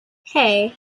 hey